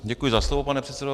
Děkuji za slovo, pane předsedo.